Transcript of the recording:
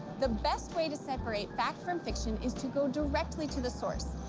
the best way to separate fact from fiction is to go directly to the source.